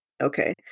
okay